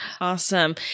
Awesome